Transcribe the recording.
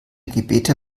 gebete